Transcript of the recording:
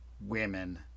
women